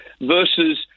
versus